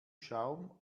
schaum